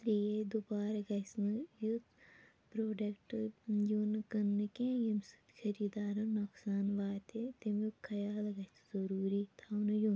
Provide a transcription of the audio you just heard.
اسلیے دُبارٕ گَژھِ نہٕ یُتھ پرٛوڈَکٹ یُن کٕننہٕ کینٛہہ ییٚمہِ سۭتۍ خٔریٖدارَن نۄقصان واتہِ تمیُک خیال گژھِ ضٔروٗری تھاوونہٕ یُن